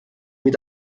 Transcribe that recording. mit